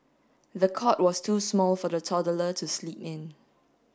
the cot was too small for the toddler to sleep in